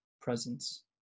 presence